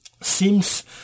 seems